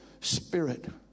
spirit